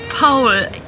Paul